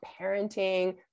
parenting